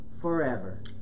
forever